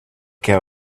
care